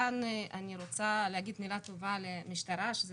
כאן אני רוצה להגיד מילה טובה למשטרה שהיא